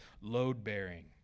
load-bearing